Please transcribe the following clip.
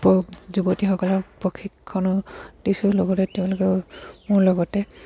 যুৱতীসকলক প্ৰশিক্ষণো দিছোঁ লগতে তেওঁলোকেও মোৰ লগতে